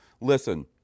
listen